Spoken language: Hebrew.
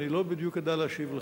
אני לא בדיוק אדע להשיב לך,